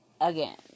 again